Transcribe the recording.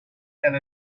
and